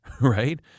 right